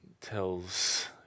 tells